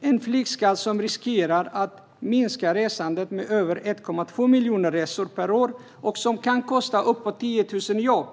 Det är en flygskatt som riskerar att minska resandet med över 1,2 miljoner resor per år och som kan kosta uppåt 10 000 jobb.